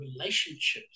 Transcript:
relationships